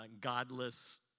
godless